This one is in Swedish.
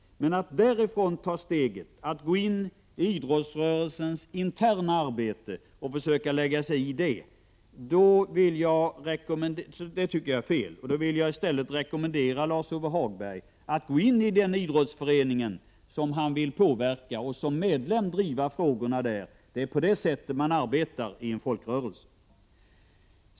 Men att därifrån ta steget in i idrottsrörelsens interna arbete och försöka lägga sig i detta tycker jag är fel. Då vill jag i stället rekommendera Lars-Ove Hagberg att gå in i den idrottsförening som han vill påverka och som medlem driva frågorna där. Det är ju på det sättet man arbetar i en folkrörelse.